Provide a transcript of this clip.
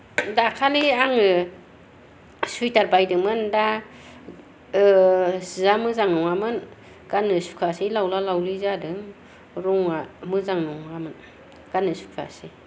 दाखालि आङो सुइतार बायदोंमोन दा जिआ मोजां नङामोन गाननो सुखुवासै लावला लावलि जादों रंआ मोजां नङामोन गान्नो सुखुवासै